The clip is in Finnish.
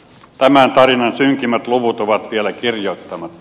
tämän tarinan synkimmät luvut on vielä kirjoittamatta